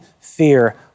fear